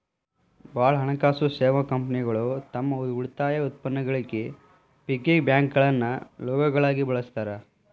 ಭಾಳ್ ಹಣಕಾಸು ಸೇವಾ ಕಂಪನಿಗಳು ತಮ್ ಉಳಿತಾಯ ಉತ್ಪನ್ನಗಳಿಗಿ ಪಿಗ್ಗಿ ಬ್ಯಾಂಕ್ಗಳನ್ನ ಲೋಗೋಗಳಾಗಿ ಬಳಸ್ತಾರ